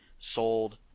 Sold